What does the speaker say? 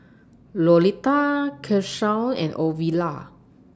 Lolita Keshaun and Ovila